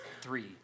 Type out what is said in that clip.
three